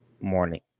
morning